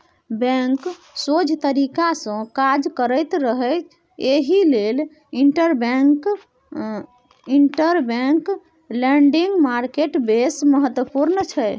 bank सोझ तरीकासँ काज करैत रहय एहि लेल इंटरबैंक लेंडिंग मार्केट बेस महत्वपूर्ण छै